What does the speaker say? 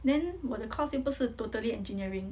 then 我的 course 又不是 totally engineering